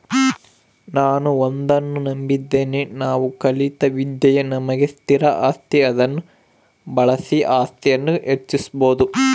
ನಾನು ಒಂದನ್ನು ನಂಬಿದ್ದೇನೆ ನಾವು ಕಲಿತ ವಿದ್ಯೆಯೇ ನಮಗೆ ಸ್ಥಿರ ಆಸ್ತಿ ಅದನ್ನು ಬಳಸಿ ಆಸ್ತಿಯನ್ನು ಹೆಚ್ಚಿಸ್ಬೋದು